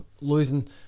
losing